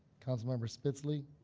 councilmember spitzley.